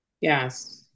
yes